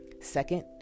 Second